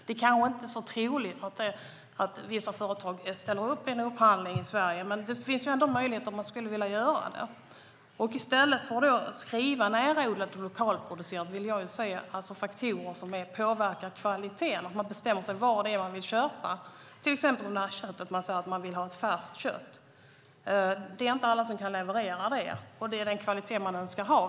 Det kanske inte är troligt att vissa företag ställer upp i en upphandling i Sverige, men möjligheten finns om de vill. I stället för att skriva "närodlat" och "lokalproducerat" vill jag se faktorer som påverkar kvaliteten och att man bestämmer vad man vill köpa. Det kan till exempel vara att man vill ha färskt kött. Det är inte alla som kan leverera det. Det är den kvalitet man önskar.